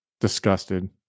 disgusted